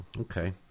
Okay